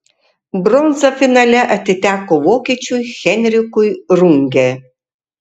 bronza finale atiteko vokiečiui henrikui runge